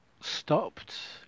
stopped